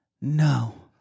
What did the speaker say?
no